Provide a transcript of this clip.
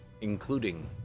including